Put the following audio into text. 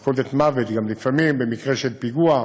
לפעמים גם מלכודת מוות במקרה של פיגוע,